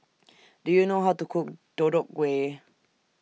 Do YOU know How to Cook Deodeok Gui